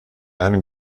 einem